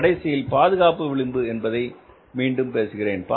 கடைசியில் பாதுகாப்பு விளிம்பு என்பதை மீண்டும் பேசுகிறேன்